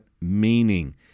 meaning